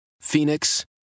Phoenix